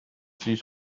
siis